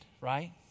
right